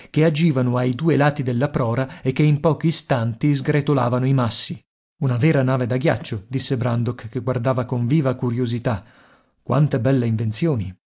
che agivano ai due lati della prora e che in pochi istanti sgretolavano i massi una vera nave da ghiaccio disse brandok che guardava con viva curiosità quante belle invenzioni